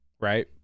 right